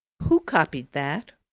who copied that?